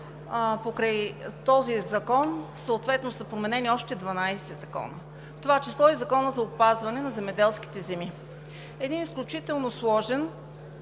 покрай този закон съответно са променени още 12 закона, в това число и Законът за опазване на земеделските земи – един изключително сложен,